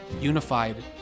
unified